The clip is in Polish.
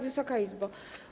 Wysoka Izbo!